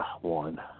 one